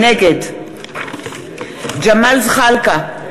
נגד ג'מאל זחאלקה,